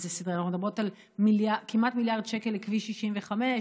אנחנו מדברות על כמעט מיליארד שקל לכביש 65,